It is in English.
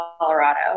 Colorado